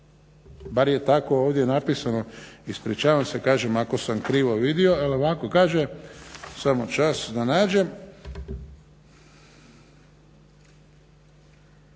Bar je tako ovdje napisano, ispričavam se kažem ako sam krivo vidimo. Ali ovako, kaže, samo čas, da nađem,